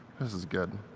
this is good.